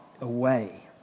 away